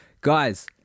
guys